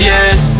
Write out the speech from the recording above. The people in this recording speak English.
Yes